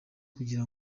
kugira